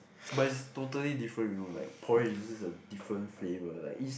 but is totally different you know like porridge is just a different flavour like is